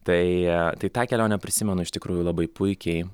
tai tai tą kelionę prisimenu iš tikrųjų labai puikiai